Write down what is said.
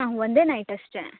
ಹಾಂ ಒಂದೇ ನೈಟ್ ಅಷ್ಟೇ